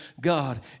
God